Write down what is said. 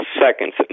seconds